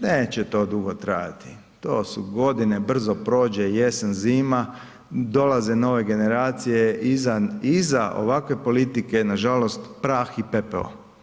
Neće to dugo trajati, to su godine, brzo prođe, jesen, zima, dolaze nove generacije iza ovakve politike, nažalost, prah i pepeo.